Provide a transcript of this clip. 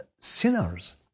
sinners